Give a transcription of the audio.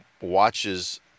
watches